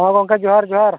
ᱦᱮᱸ ᱜᱚᱢᱠᱮ ᱡᱚᱦᱟᱨ ᱡᱚᱦᱟᱨ